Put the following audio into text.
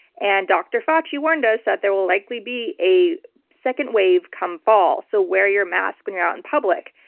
and dr. fauci warned us that there will likely be a second wave come fall. so wear your mask when you're out in public.